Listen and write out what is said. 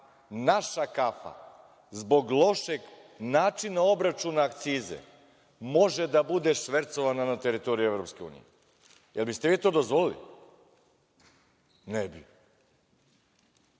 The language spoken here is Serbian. naša kafa zbog lošeg načina obračuna akcize može da bude švercovana na teritoriji Evropske unije. Jel biste vi to dozvolili? Ne